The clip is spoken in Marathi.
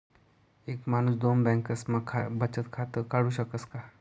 एक माणूस दोन बँकास्मा बचत खातं काढु शकस का?